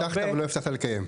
הבטחת, אבל לא הבטחת לקיים.